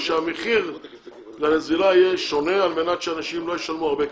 המחיר לנזילה יהיה שונה על מנת שאנשים לא ישלמו הרבה כסף,